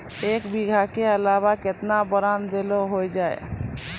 एक बीघा के अलावा केतना बोरान देलो हो जाए?